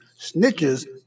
snitches